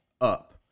up